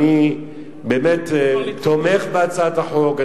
אני באמת תומך בהצעת החוק.